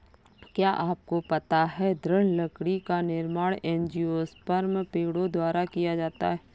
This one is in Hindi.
क्या आपको पता है दृढ़ लकड़ी का निर्माण एंजियोस्पर्म पेड़ों द्वारा किया जाता है?